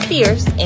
Fierce